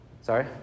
Sorry